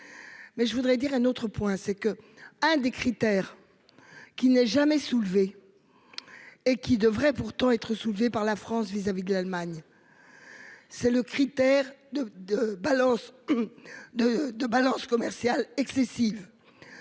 Mais je voudrais dire un autre point, c'est que un des critères. Qui n'est jamais soulevé. Et qui devrait pourtant être soulevée par la France vis-à-vis de l'Allemagne. C'est le critère de de balance. De de balance commerciale excessive.